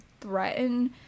threaten